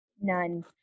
None